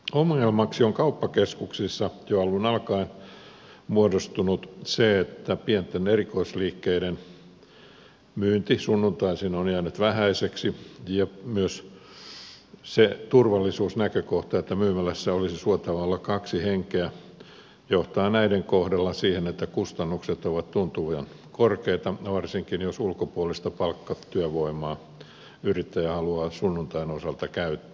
ongelmaksi on kauppakeskuksissa jo alun alkaen muodostunut se että pienten erikoisliikkeiden myynti sunnuntaisin on jäänyt vähäiseksi ja myös se turvallisuusnäkökohta että myymälässä olisi suotavaa olla kaksi henkeä johtaa näiden kohdalla siihen että kustannukset ovat tuntuvia korkeita varsinkin jos ulkopuolista palkkatyövoimaa yrittäjä haluaa sunnuntain osalta käyttää